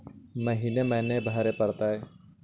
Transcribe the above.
महिना महिना भरे परतैय?